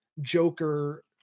joker